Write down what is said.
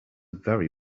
very